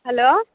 hello